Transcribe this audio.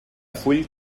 full